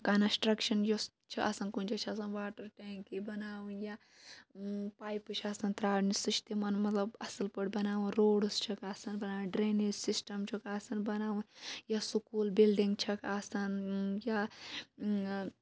construction یوٚس چھ آسان کُنہِ جایہِ چھِ آسان واٹَر ٹینکی بَناوٕنۍ یا پایپہٕ چھِ آسان تراونہٕ سُہ چھ تِمَن مَطلَب اصٕل پٲٹھۍ بَناوٕنۍ روڈٕس چھِکھ اصٕل بَناوٕنۍ ڈرینیٚج سِسٹَم چھُکھ اصٕل بَناوُن یا سکوٗل بِلڈِنٛگ چھَکھ آسان یا